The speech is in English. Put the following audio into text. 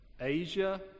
Asia